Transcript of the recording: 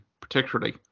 particularly